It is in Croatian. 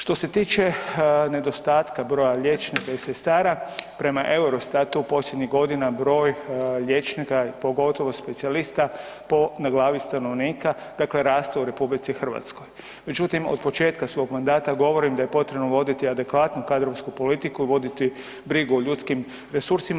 Što se tiče nedostatka broja liječnika i sestara, prema EUROSTAT-u posljednjih godina broj liječnika, pogotovo specijalista po glavi stanovnika raste u RH, međutim od početka svog mandata govorim da je potrebno voditi adekvatnu kadrovsku politiku i voditi brigu o ljudskim resursima.